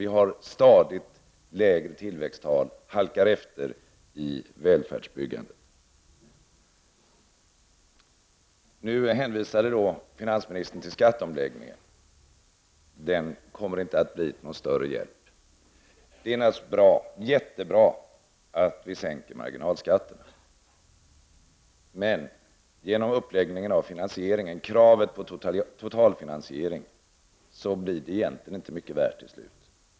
Vi har stadigt lägre tillväxttal, vi halkar efter i välfärdsbyggandet. Finansministern hänvisade till skatteomläggningen. Den kommer inte att bli till någon större hjälp. Det är naturligtvis bra att vi sänker marginalskatten. Men genom uppläggningen av finansieringen, kravet på total finansiering, blir det egentligen inte mycket värt till slut.